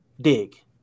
dig